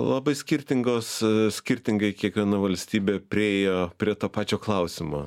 labai skirtingos skirtingai kiekviena valstybė priėjo prie to pačio klausimo